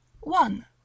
one